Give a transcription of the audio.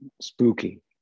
spooky